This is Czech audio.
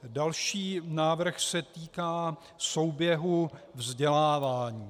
Další návrh se týká souběhu vzdělávání.